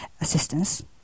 assistance